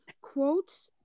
quotes